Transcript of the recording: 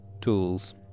tools